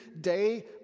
day